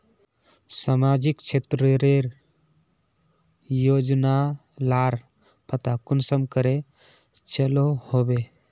सामाजिक क्षेत्र रेर योजना लार पता कुंसम करे चलो होबे?